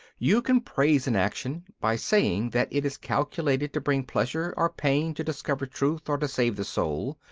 you can praise an action by saying that it is calculated to bring pleasure or pain to discover truth or to save the soul.